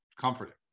comforting